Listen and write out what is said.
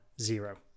zero